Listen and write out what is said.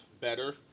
better